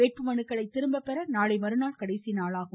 வேட்புமனுக்களை திரும்பப்பெற நாளை மறுநாள் கடைசி நாளாகும்